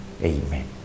Amen